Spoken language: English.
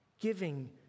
giving